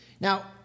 Now